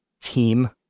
team